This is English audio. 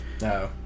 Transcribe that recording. No